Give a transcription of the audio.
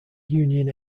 union